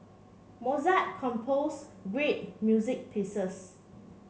Mozart composed great music pieces